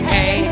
Hey